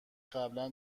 قبلا